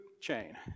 chain